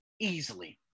Easily